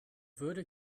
würde